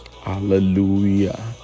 Hallelujah